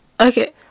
okay